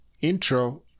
intro